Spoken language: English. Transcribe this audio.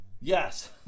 yes